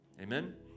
Amen